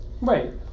Right